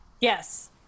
Yes